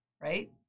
right